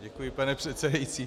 Děkuji, pane předsedající.